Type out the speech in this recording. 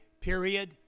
period